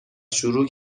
شروع